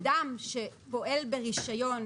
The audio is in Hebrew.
אדם שפועל ברישיון,